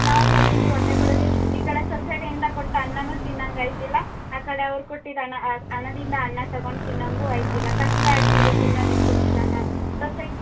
ನಾವ್ಗಳು ಇಲ್ಲಿ ಹೊಟ್ಟೆ ಪಾಡಿಗೆ ಈ ಕಡೆ ಸೊಸೈಟಿಯಿಂದ ಕೊಟ್ಟು ಅನ್ನನೂ ತಿನ್ನೊಂಗ್ ಆಯ್ತಿಲ್ಲ ಆ ಕಡೆ ಅವ್ರು ಕೊಟ್ಟಿದ್ದು ಹಣ ಹಣದಿಂದ ಅನ್ನ ತಿನ್ನೋ ಹಂಗು ಆಯ್ತಿಲ್ಲ ಕಷ್ಟ ಆಗ್ತಿದೆ ತಿನ್ನೊದಕ್ಕೂ ಸಹ ಸೊಸೈಟಿ